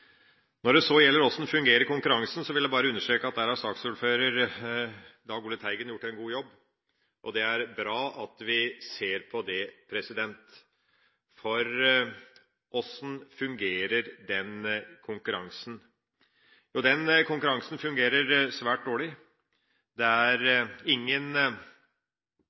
Når det så gjelder hvordan konkurransen fungerer, vil jeg bare understreke at der har saksordfører Dag Ole Teigen gjort en god jobb. Det er bra at vi ser på det, for hvordan fungerer konkurransen? Jo, konkurransen fungerer svært dårlig. Det er ingen